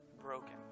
broken